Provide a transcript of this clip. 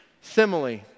Simile